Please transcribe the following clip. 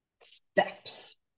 steps